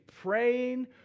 praying